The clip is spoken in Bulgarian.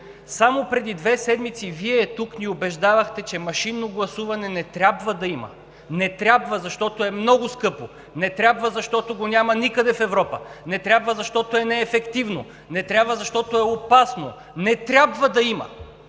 Само преди две седмици Вие тук ни убеждавахте, че машинно гласуване не трябва да има: не трябва, защото е много скъпо; не трябва, защото го няма никъде в Европа; не трябва, защото е неефективно; не трябва, защото е опасно. Не трябва да има!